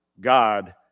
God